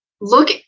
Look